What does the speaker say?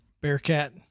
Bearcat